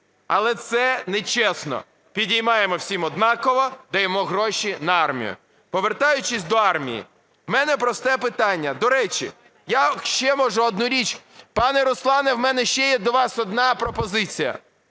Але це нечесно. Підіймаємо всім однаково, даємо гроші на армію. Повертаючись до армії, в мене просте питання. До речі, я ще можу одну річ, пане Руслане, в мене ще є до вас одна пропозиція,